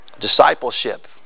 Discipleship